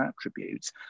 attributes